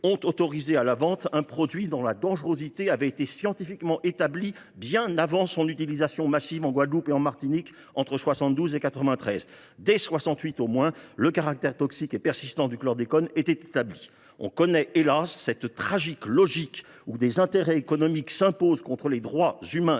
ont autorisé la vente d’un produit dont la dangerosité avait été scientifiquement établie bien avant son utilisation massive en Guadeloupe et en Martinique entre 1972 et 1993. Dès 1968 au moins, le caractère toxique et persistant du chlordécone était établi. On connaît, hélas ! cette tragique logique selon laquelle des intérêts économiques priment les droits humains